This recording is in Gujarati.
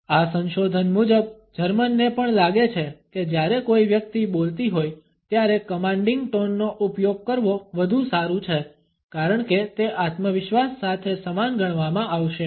આ સંશોધન મુજબ જર્મનને પણ લાગે છે કે જ્યારે કોઈ વ્યક્તિ બોલતી હોય ત્યારે કમાન્ડિંગ ટોનનો ઉપયોગ કરવો વધુ સારું છે કારણ કે તે આત્મવિશ્વાસ સાથે સમાન ગણવામાં આવશે